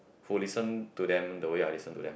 who listen to them the way I listen to them